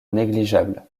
négligeable